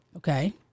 Okay